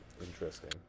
interesting